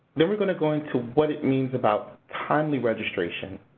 then we're going to go into what it means about timely registration.